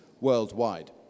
worldwide